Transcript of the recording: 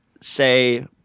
say